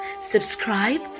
subscribe